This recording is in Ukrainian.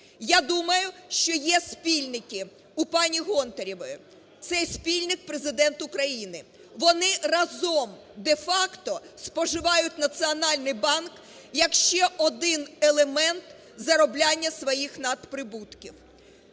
Я думаю, що є спільники у пані Гонтаревої. Цей спільник - Президент України. Вони разом де-факто споживають Національний банк як ще один елемент заробляння своїх надприбутків.